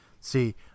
See